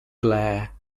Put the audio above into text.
glare